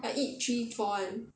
I eat three four [one]